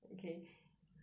okay